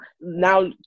Now